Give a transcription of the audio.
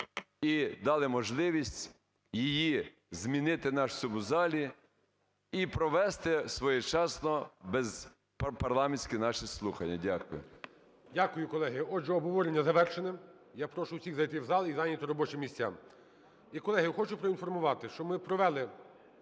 і дали можливість їй змінити нас в цьому в залі, і провести своєчасно без… парламентські наші слухання. Дякую. ГОЛОВУЮЧИЙ. Дякую, колеги. Отже, обговорення завершено. Я прошу усіх зайти в зал і зайняти робочі місця. І, колеги, хочу проінформувати, що ми провели